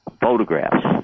photographs